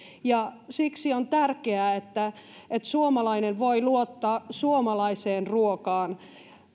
siksi on tärkeää että että suomalainen voi luottaa suomalaiseen ruokaan